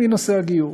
היא נושא הגיור.